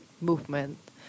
movement